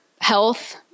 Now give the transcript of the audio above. health